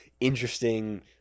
interesting